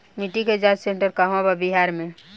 मिटी के जाच सेन्टर कहवा बा बिहार में?